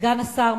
סגן השר,